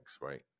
right